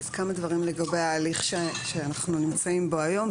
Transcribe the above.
אז כמה דברים לגבי ההליך שאנחנו נמצאים בו היום.